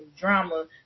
drama